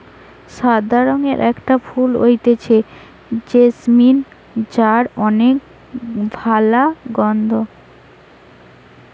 সাদা রঙের একটা ফুল হতিছে জেসমিন যার অনেক ভালা গন্ধ